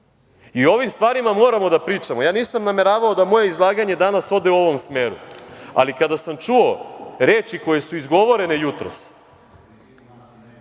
ovim stvarima moramo da pričamo. Ja nisam nameravao da moje izlaganje danas ode u ovom smeru, ali kada sam čuo reči koje su izgovorene jutros,